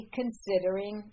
considering